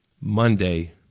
Monday